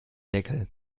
deckel